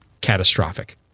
catastrophic